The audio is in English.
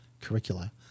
curricula